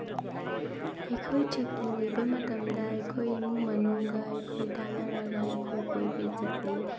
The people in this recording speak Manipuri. ꯑꯩꯈꯣꯏ ꯁꯨꯇꯤ ꯂꯩꯕ ꯃꯇꯝꯗ ꯑꯩꯈꯣꯏ ꯏꯃꯨꯡ ꯃꯅꯨꯡꯒ ꯑꯩꯈꯣꯏ ꯇꯥꯟꯅꯔꯒ ꯑꯩꯈꯣꯏ ꯀꯣꯏꯕ ꯆꯠꯂꯤ